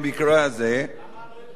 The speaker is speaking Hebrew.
הציע גם הוא הצעת,